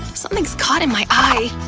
something's caught in my eye!